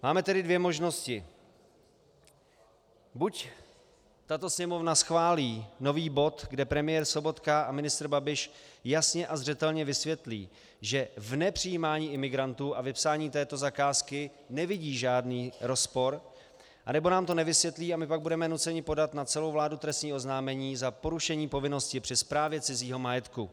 Máme tedy dvě možnosti: buď tato Sněmovna schválí nový bod, kde premiér Sobotka a ministr Babiš jasně a zřetelně vysvětlí, že v nepřijímání imigrantů a vypsání této zakázky nevidí žádný rozpor, anebo nám to nevysvětlí a my pak budeme nuceni podat na celou vládu trestní oznámení za porušení povinnosti při správě cizího majetku.